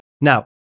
Now